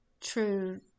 true